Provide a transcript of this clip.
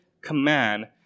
command